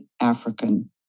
African